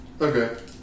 okay